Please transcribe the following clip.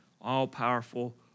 all-powerful